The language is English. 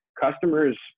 customers